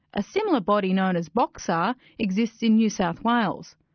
a similar body, known as boxar, exists in new south wales.